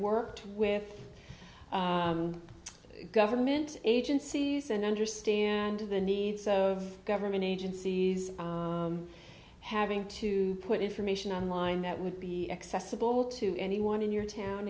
worked with government agencies and understand the needs of government agencies having to put information on line that would be accessible to anyone in your town